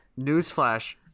Newsflash